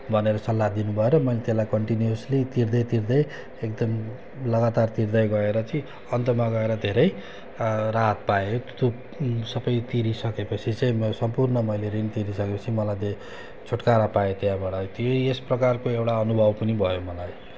भनेर सल्लाह दिनुभयो र मैले त्यसलाई कन्टिन्युवस्ली तिर्दै तिर्दै एकदम लगातार तिर्दै गएर कि अन्तमा गएर धेरै राहत पाएँ त्यो सबै तिरिसकेपछि चाहिँ मै सम्पूर्ण मैले ऋण तिरिसकेपछि मलाई त्यो छुटकारा पाएँ त्यहाँबाट त्यही यस प्रकारको एउटा अनुभव नि भयो मलाई